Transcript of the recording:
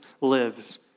lives